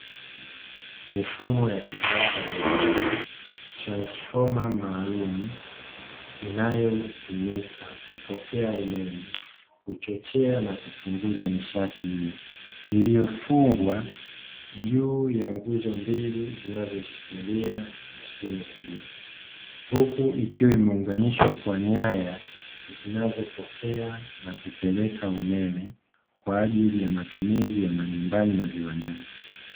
Mifumo ya kisasa ya umeme transformer maalumu inayotumika kupokea umeme kuchochea na kupunguza nishati hiyo iliyofungwa juu ya nguzo mbili zinazoishikilia mashine hiyo, huku ikiwa imeunganishwa kwa nyaya zinazopokea na kupeleka umeme kwa ajili ya matumizi ya majumbani na viwandani.